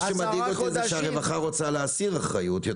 שמדאיג אותי הוא שהרווחה רוצה להסיר אחריות.